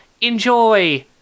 enjoy